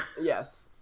Yes